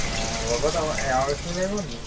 অঁ লগত আৰু এৱাঁ গাখীৰও লাগিব নি